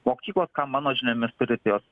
mokyklos ką mano žiniomis turi tai jos